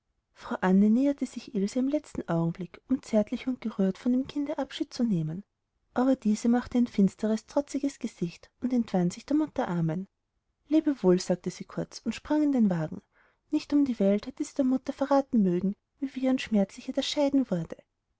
frau anne nahete sich ilse im letzten augenblick um zärtlich und gerührt von ihrem kinde abschied zu nehmen aber diese machte ein finsteres trotziges gesicht und entwand sich der mutter armen lebe wohl sagte sie kurz und sprang in den wagen nicht um die welt hätte sie der mutter verraten mögen wie weh und schmerzlich ihr das scheiden wurde